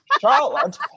Charlotte